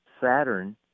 Saturn